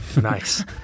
Nice